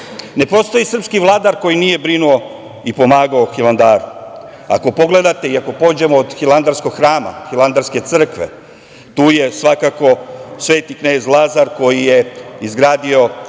postoji srpski vladar koji nije brinuo i pomogao Hilandaru, ako pogledate i pođemo od Hilandarskog hrama, Hilandarske crkve, tu je svakako Sveti knez Lazar koji je izgradio